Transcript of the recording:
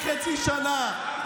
רק חצי שנה,